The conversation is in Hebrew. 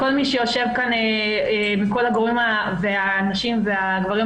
מכל מי שיושב כאן, מכל הגורמים, הנשים והגברים,